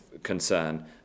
concern